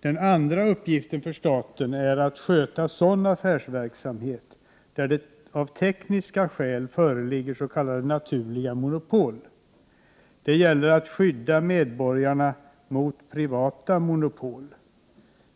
Den andra uppgiften för staten är att sköta sådan affärsverksamhet där det av tekniska skäl föreligger s.k. naturliga monopol. Det gäller att skydda medborgarna mot privata monopol.